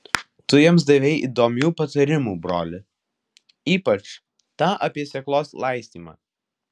tu jiems davei įdomių patarimų broli ypač tą apie sėklos laistymą